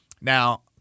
Now